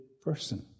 person